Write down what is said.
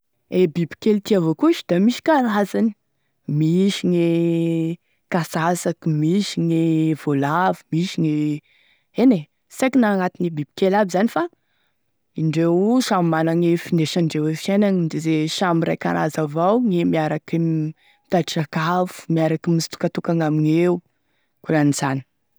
E bibikely ty avao koa sa da misy karazany: misy gne kasasaky, misy gne volavo, misy gne, eny e sy haiko na agnatiny e bibikely aby zany fa indreo io samy managny e findesandreo eo fiainagny da samy ray karaza vao e miaraky m mitady sakafo, miaraky misitokatokagny amign'eo, koran'izany.